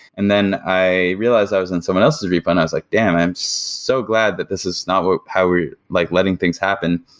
and then i realized i was in someone else's repo and i was like, damn. i'm so glad that this is not how we're like letting things happen.